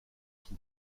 son